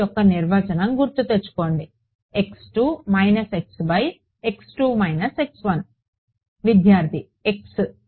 యొక్క నిర్వచనం గుర్తు తెచ్చుకోండి విద్యార్థి X